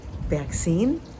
vaccine